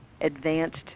advanced